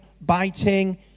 biting